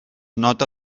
nota